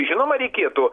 žinoma reikėtų